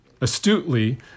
astutely